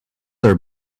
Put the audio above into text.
are